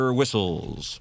whistles